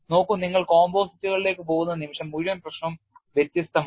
നോക്കൂ നിങ്ങൾ composite കളിലേക്ക് പോകുന്ന നിമിഷം മുഴുവൻ പ്രശ്നവും വ്യത്യസ്തമാണ്